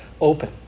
open